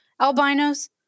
albinos